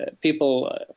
people